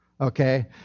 okay